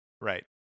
right